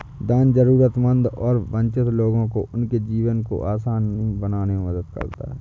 दान जरूरतमंद और वंचित लोगों को उनके जीवन को आसान बनाने में मदद करता हैं